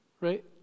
right